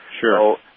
Sure